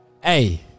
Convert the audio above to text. Hey